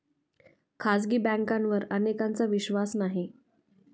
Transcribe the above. खाजगी बँकांवर अनेकांचा विश्वास नाही